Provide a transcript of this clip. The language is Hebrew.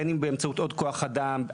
בין אם באמצעות עוד כוח אדם,